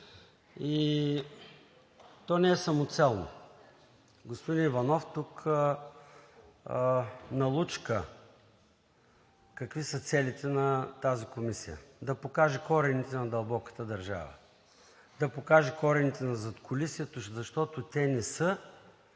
То не е самоцелно. Господин Иванов тук налучка какви са целите на тази комисия – да покаже корените на дълбоката държава, да покаже корените на задкулисието, защото те не са